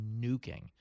nuking